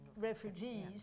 refugees